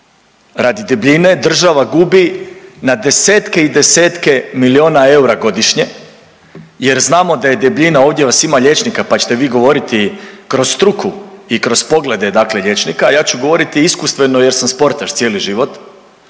Radi debljine država gubi na desetke i desetke milijuna eura godišnje jer znamo da je debljina, ovdje vas ima liječnika, pa ćete vi govoriti kroz struku i kroz poglede dakle liječnika, a ja ću govoriti iskustveno jer sam sportaš cijeli život.